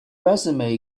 resume